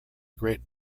great